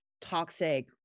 toxic